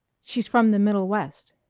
she's from the middle west.